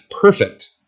perfect